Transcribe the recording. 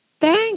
Thanks